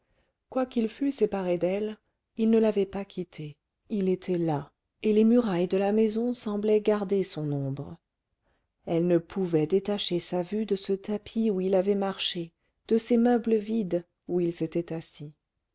quoiqu'il fût séparé d'elle il ne l'avait pas quittée il était là et les murailles de la maison semblaient garder son ombre elle ne pouvait détacher sa vue de ce tapis où il avait marché de ces meubles vides où il s'était assis